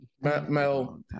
Mel